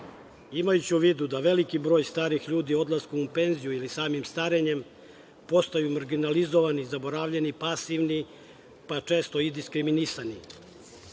Imajući u vidu da veliki broj starih ljudi odlaskom u penziju ili samim staranjem postaje marginalizovan i zaboravljen, pasivan, pa često i diskriminisan,